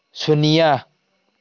ꯁꯨꯟꯅꯤꯌꯥ